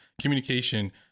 communication